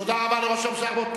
תודה רבה לראש הממשלה.